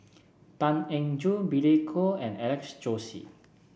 Tan Eng Joo Billy Koh and Alex Josey